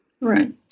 Right